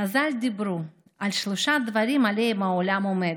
חז"ל דיברו על שלושה דברים שעליהם העולם עומד: